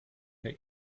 herr